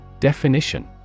Definition